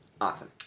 Awesome